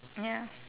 ya